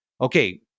okay